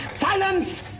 silence